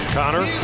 connor